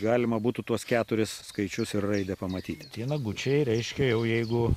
galima būtų tuos keturis skaičius ir raidę pamatyti tie nagučiai reiškia jau jeigu